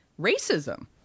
racism